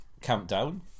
Countdown